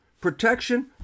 Protection